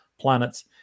planets